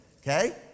Okay